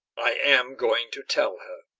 i am going to tell her.